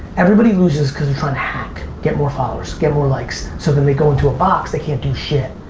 everybody loses cuz it's on hack get more followers get more likes so then they go into a box. they can't do shit